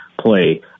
play